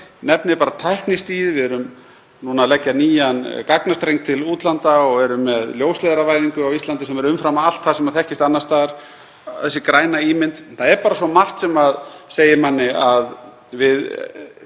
nefni bara tæknistigið, við erum núna að leggja nýjan gagnastreng til útlanda, við erum með ljósleiðaravæðingu á Íslandi sem er umfram allt það sem þekkist annars staðar og þessa grænu ímynd. Það er bara svo margt sem segir manni að við